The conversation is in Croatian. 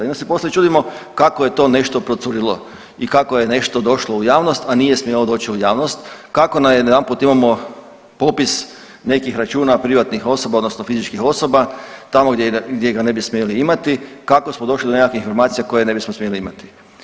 I onda se poslije čudimo kako je to nešto procurilo i kako je nešto došlo u javnost, a nije smjelo doći u javnost, kako najedanput imamo popis nekih računa privatnih osoba, odnosno fizičkih osoba tamo gdje ga ne bi smjeli imati, kako smo došli do nekakvih informacija koje ne bismo smjeli imati.